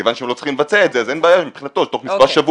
מכוון שהם לא צריכים לבצע את זה אז אין בעיה מבחינתו שתוך מספר שבועות,